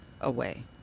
away